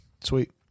Sweet